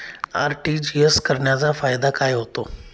RTGS करण्याचा फायदा काय होतो?